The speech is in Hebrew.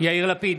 יאיר לפיד,